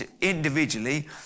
individually